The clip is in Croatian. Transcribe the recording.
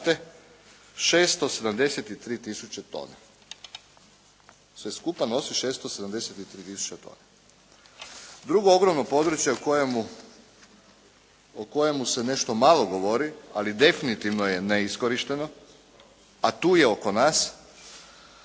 673 tisuće tona. Sve skupa nosi 673 tisuće tona. Drugo ogromno područje o kojemu se nešto malo govori, ali definitivno je neiskorišteno, a tu je oko nas,